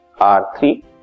R3